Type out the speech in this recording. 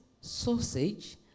sausage